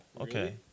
okay